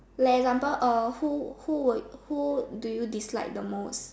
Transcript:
like example uh who who would who do you dislike the most